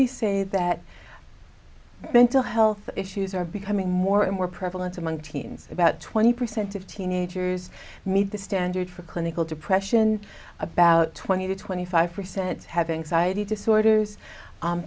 me say that mental health issues are becoming more and more prevalent among teens about twenty percent of teenagers meet the standard for clinical depression about twenty to twenty five percent having society disorders